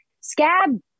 scab